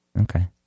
Okay